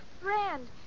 friend